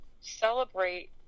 celebrate